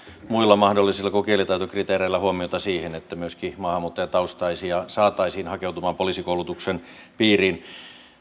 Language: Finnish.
muilla kuin kielitaitokriteereillä huomiota siihen että myöskin maahanmuuttajataustaisia saataisiin hakeutumaan poliisikoulutuksen piiriin